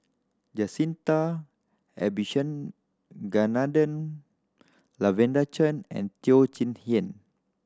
Jacintha Abisheganaden Lavender Chang and Teo Chee Hean